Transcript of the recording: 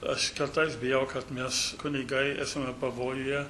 aš kartais bijau kad mes kunigai esame pavojuje